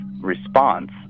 response